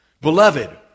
Beloved